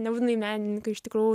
nebūtinai menininkai iš tikrųjų